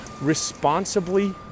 responsibly